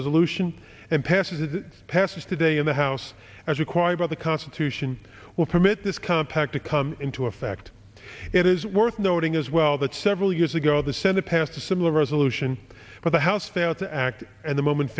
resolution and pass it passes today in the house as required by the constitution will permit this compact to come into effect it is worth noting as well that several years ago the senate passed a similar resolution but the house failed to act and the moment